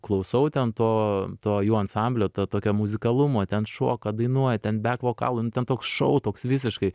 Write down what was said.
klausau ten to to jų ansamblio ta tokio muzikalumo ten šoka dainuoja ten bek vokalų nu ten toks šou toks visiškai